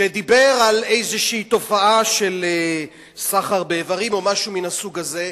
שדיבר על איזו תופעה של סחר באיברים או משהו מן הסוג הזה,